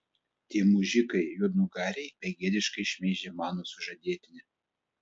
tie mužikai juodnugariai begėdiškai šmeižia mano sužadėtinį